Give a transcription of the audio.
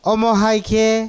Omohaike